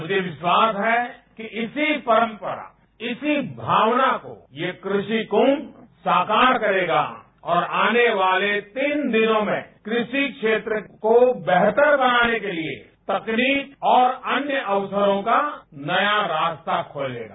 मुझे विश्वास है कि इसी परम्परा इसी भावना को ये कृषि कुम्म साकार करेगा और आने वाले तीन दिनों में कृषि क्षेत्र को बेहतर बनाने के लिए तकनीक और अन्य अक्सरों का नया रास्ता खोलेगा